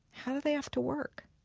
how do they have to work?